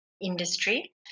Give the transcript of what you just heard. industry